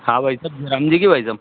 हाँ भाई साहब राम जी की भाई साहब